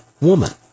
woman